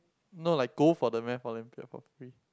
no like go the math Olympiad for free